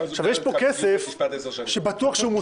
יש פה כסף שבטוח מוסכם.